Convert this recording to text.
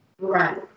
Right